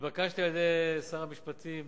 נתבקשתי על-ידי שר המשפטים,